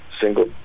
single